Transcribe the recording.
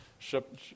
ship